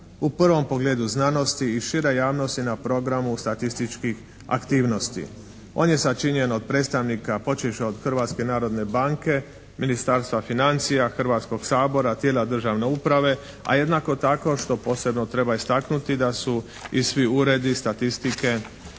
u prvom pogledu znanosti i šire javnosti na programu statističkih aktivnosti. On je sačinjen od predstavnika počevši od Hrvatske narodne banke, Ministarstva financija, Hrvatskog sabora, tijela državne uprave, a jednako tako što posebno treba istaknuti da su i svi uredi statistike po